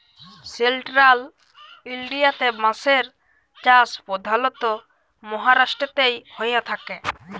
central ইলডিয়াতে বাঁশের চাষ পধালত মাহারাষ্ট্রতেই হঁয়ে থ্যাকে